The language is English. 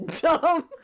dumb